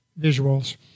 visuals